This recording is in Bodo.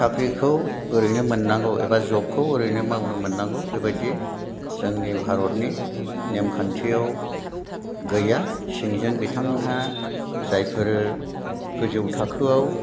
साख्रिखौ ओरैनो मोननांगौ एबा जबखौ ओरैनो मावनो मोननांगौ बेबायदि जोंनि भारतनि नियम खान्थियाव गैया सिजों बिथांमोनहा जायफोरो गोजौ थाखोआव